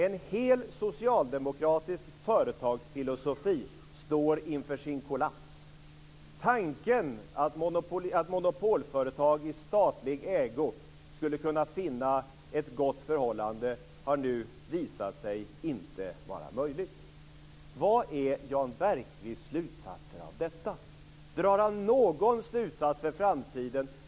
En hel socialdemokratisk företagsfilosofi står inför sin kollaps. Tanken att monopolföretag i statlig ägo skulle kunna finna ett gott förhållande har nu visat sig inte vara möjlig. Vilka är Jan Bergqvists slutsatser av detta? Drar han någon slutsats för framtiden?